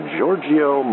Giorgio